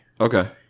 Okay